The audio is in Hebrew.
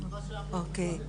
אוקיי,